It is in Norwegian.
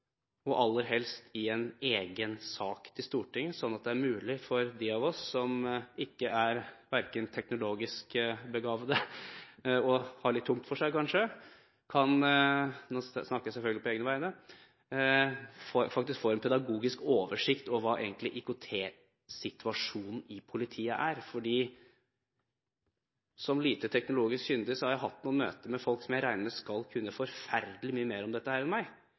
og aller helst som en egen sak til Stortinget, slik at det er mulig for dem av oss som ikke er teknologisk begavede og kanskje har litt tungt for det – nå snakker jeg selvfølgelig på egne vegne – å få en pedagogisk oversikt over hva IKT-situasjonen i politiet egentlig er. Som lite teknologisk kyndig har jeg hatt noen møter med folk som jeg regner med skal kunne forferdelig mye mer om dette enn